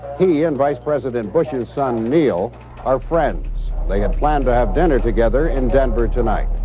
he and vice-president bush's son neal are friends. they had planned to have dinner together in denver, tonight.